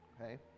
Okay